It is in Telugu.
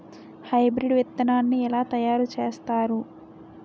హైబ్రిడ్ విత్తనాన్ని ఏలా తయారు చేస్తారు?